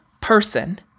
person